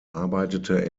arbeitete